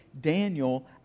Daniel